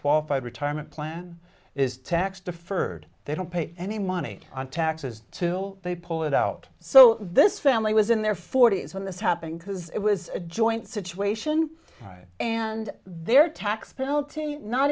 qualified retirement plan is tax deferred they don't pay any money on taxes to will they pull it out so this family was in their forty when this happened because it was a joint situation and their tax penalty not